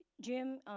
Jim